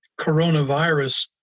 coronavirus